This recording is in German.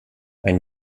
ein